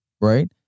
right